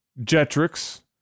Jetrix